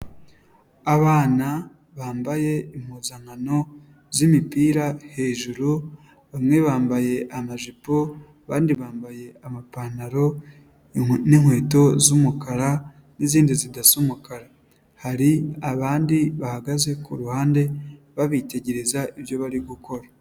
Abana bambaye impuzankano z'imipira hejuru, bamwe bambaye amajipo, abandi bambaye amapantaro n'inkweto z'umukara n'izindi zidasa umukara, hari abandi bahagaze ku ruhande babitegereza ibyo bari gukora.